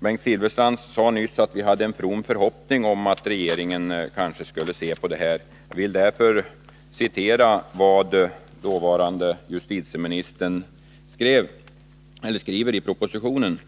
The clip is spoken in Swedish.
Bengt Silfverstrand sade nyss att vi hade en from förhoppning om att regeringen kanske skulle se på detta. Jag vill därför citera vad dåvarande justitieministern skriver i propositionen.